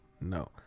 no